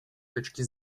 точки